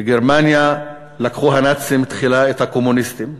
"בגרמניה לקחו הנאצים תחילה את הקומוניסטים,